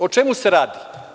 O čemu se radi?